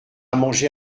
manger